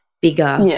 bigger